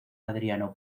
adriano